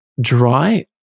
dry